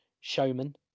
showman